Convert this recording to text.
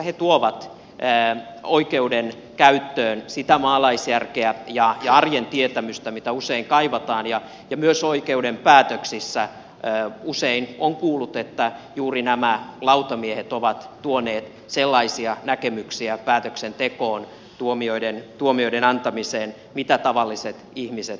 he tuovat oikeudenkäyttöön sitä maalaisjärkeä ja arjen tietämystä jota usein kaivataan ja myös oikeuden päätöksissä usein on kuullut että juuri nämä lautamiehet ovat tuoneet sellaisia näkemyksiä päätöksentekoon tuomioiden antamiseen joita tavalliset ihmiset pitävät tärkeinä